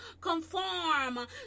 conform